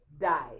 died